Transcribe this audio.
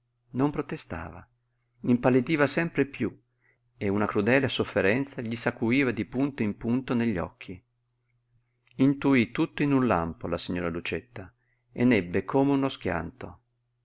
non protestava impallidiva sempre piú e una crudele sofferenza gli s'acuiva di punto in punto negli occhi intuí tutto in un lampo la signora lucietta e n'ebbe come uno schianto